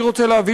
אני רוצה להביא,